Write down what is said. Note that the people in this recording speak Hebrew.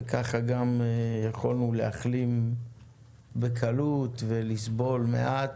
וככה גם יכולנו להחלים בקלות ולסבול מעט,